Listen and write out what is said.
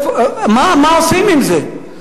מה עושים עם זה?